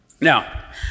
Now